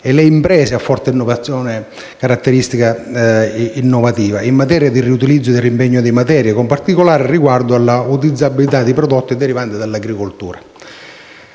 e le imprese a forte caratteristica innovativa in materia di riutilizzo e reimpiego di materia, con particolare riguardo alla utilizzabilità dei prodotti derivanti dall'agricoltura.